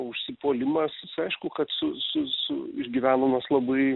užsipuolimas jis aišku kad su su su išgyvenamas labai